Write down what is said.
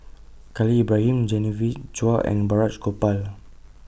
Khalil Ibrahim Genevieve Chua and Balraj Gopal